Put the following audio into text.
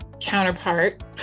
counterpart